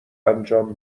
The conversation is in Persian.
انجام